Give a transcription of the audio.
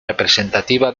representativa